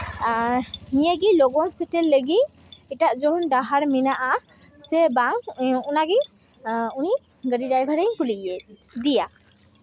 ᱱᱤᱭᱟᱹᱜᱮ ᱞᱚᱜᱚᱱ ᱥᱮᱴᱮᱨ ᱞᱟᱹᱜᱤᱫ ᱮᱴᱟᱜ ᱡᱮᱢᱚᱱ ᱰᱟᱦᱟᱨ ᱢᱮᱱᱟᱜᱼᱟ ᱥᱮ ᱵᱟᱝ ᱚᱱᱟᱜᱮ ᱩᱱᱤ ᱜᱟᱹᱰᱤ ᱰᱷᱟᱨ ᱠᱩᱞᱤᱭᱮᱫᱤᱭᱟ